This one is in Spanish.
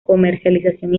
comercialización